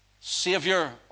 savior